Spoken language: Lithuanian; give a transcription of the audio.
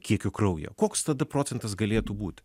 kiekiu kraujyje koks tada procentas galėtų būti